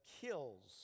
kills